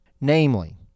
Namely